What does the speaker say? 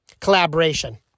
collaboration